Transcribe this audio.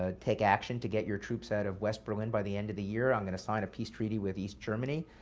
ah take action to get your troops out of west berlin by the end of the year, i'm going to sign a peace treaty with east germany.